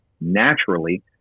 naturally